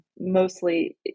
mostly